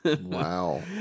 Wow